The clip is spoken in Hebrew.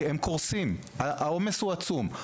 הרופאים האלה קורסים, העומס הוא עצום.